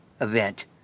event